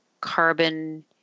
carbon